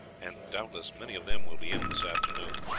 and doubtless many of them will be in this afternoon.